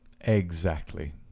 Exactly